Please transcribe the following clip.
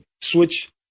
switch